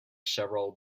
several